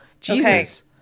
Jesus